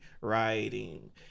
writing